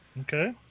Okay